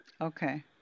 Okay